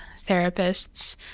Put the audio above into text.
therapists